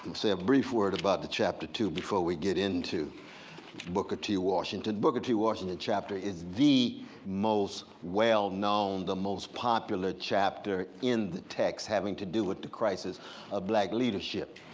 say a brief word about chapter two before we get into booker t. washington. booker t. washington chapter is the most well-known, the most popular chapter in the text. having to do with the crisis of black leadership.